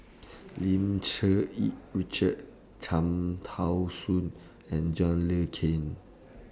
Lim Cherng Yih Richard Cham Tao Soon and John Le Cain